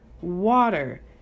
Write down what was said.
water